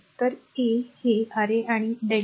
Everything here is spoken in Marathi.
तर a हे r a आणि Δ